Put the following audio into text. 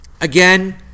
Again